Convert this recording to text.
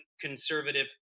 conservative